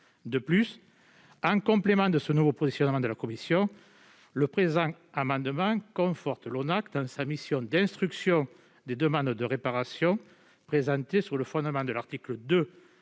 De plus, en complément de ce nouveau positionnement de la commission, le présent amendement tend à conforter l'ONACVG dans sa mission d'instruction des demandes de réparation présentées sur le fondement de l'article 2